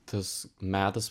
tas metas